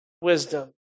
wisdom